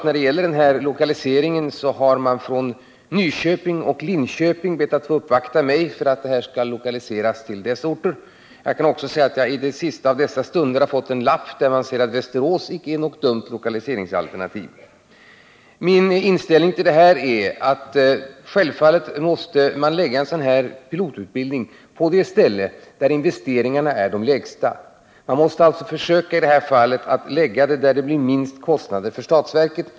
När det gäller lokaliseringen har man från Nyköping och Linköping bett att få uppvakta mig i syfte att få utbildningen lokaliserad till någon av dessa orter. Jag kan också säga att jag i den sista av dessa stunder fått en lapp, enligt vilken man anser att inte heller Västerås är något dumt lokaliseringsalternativ. Självfallet måste lokaliseringen ske till det ställe där investeringarna är de lägsta. Man måste alltså i detta fall försöka lägga utbildningen på den ort där kostnaderna blir de minsta för statsverket.